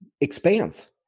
expands